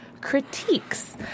critiques